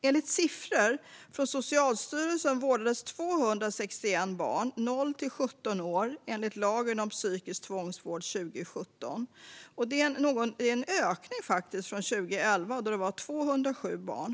Enligt siffror från Socialstyrelsen vårdades 261 barn 0-17 år enligt lagen om psykisk tvångsvård 2017. Det är faktiskt en ökning från 2011, då det var 207 barn.